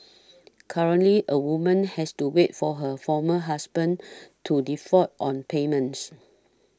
currently a woman has to wait for her former husband to default on payments